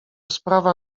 sprawa